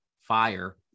fire